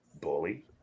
bully